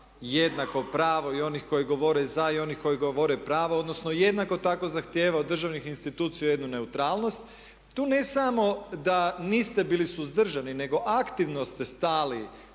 jednako pravo i onih koji govore za i onih koji govore pravo, odnosno jednako tako zahtijevaju od državnih institucija jednu neutralnost. Tu ne samo da niste bili suzdržani nego aktivno ste stali